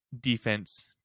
defense